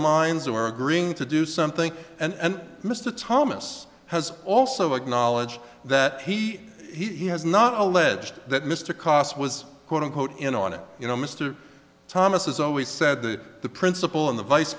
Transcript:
minds or agreeing to do something and mr thomas has also acknowledged that he he has not alleged that mr kos was quote unquote in on it you know mr thomas has always said that the principal and the vice